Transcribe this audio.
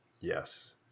Yes